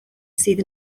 sydd